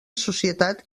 societat